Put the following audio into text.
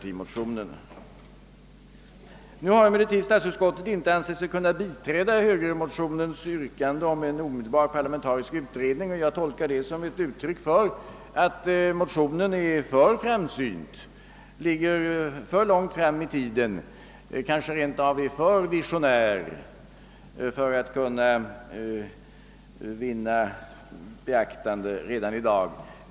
Statsutskottet har emellertid inte ansett sig kunna biträda högermotionens yrkande om en omedelbar parlamentarisk utredning, och det tolkar jag som ett uttryck för att motionen är för framsynt och ligger för långt fram i tiden — den är kanske rent av för visionär — för att vinna beaktande redan i dag.